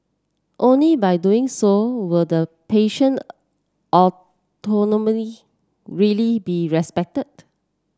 only by doing so will the patient all really be respected